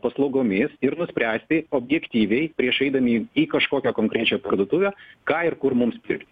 paslaugomis ir nuspręsti objektyviai prieš eidami į į kažkokią konkrečią parduotuvę ką ir kur mums pirkt